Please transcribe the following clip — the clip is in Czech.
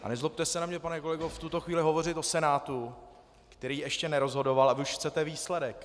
A nezlobte se na mě, pane kolego, v tuto chvíli hovořit o Senátu, který ještě nerozhodoval, a vy už chcete výsledek.